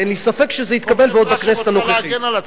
ואין לי ספק שזה יתקבל עוד בכנסת הנוכחית.